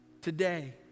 Today